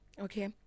okay